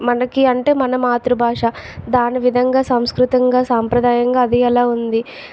మనకి అంటే మన మాతృభాష దాని విధంగా సంస్కృతంగా సాంప్రదాయంగా అది ఎలా ఉంది